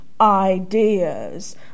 ideas